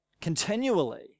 continually